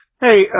Hey